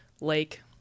lake